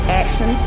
action